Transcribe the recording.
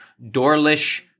Dorlish